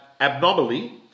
abnormally